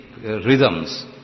rhythms